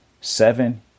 Seven